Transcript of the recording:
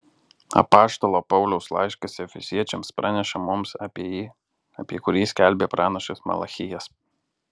apaštalo pauliaus laiškas efeziečiams praneša mums apie jį apie kurį skelbė pranašas malachijas